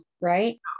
right